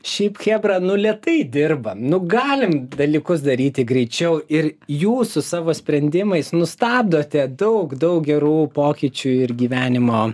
šiaip chebra nu lėtai dirba nugalim dalykus daryti greičiau ir jūs su savo sprendimais nu stabdote daug daug gerų pokyčių ir gyvenimo